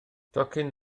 tocyn